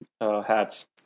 hats